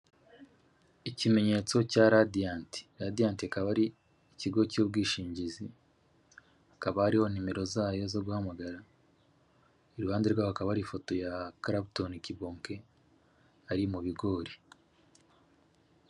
Ikimenyetso cya radiyanti, radiyanti ikaba ari ikigo cy'ubwishingizi, hakaba hari nimero zayo zo guhamagara iruhande rwaho hakaba hari ifoto ya Clapton Kibonke ari mu bigori.